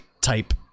type